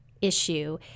issue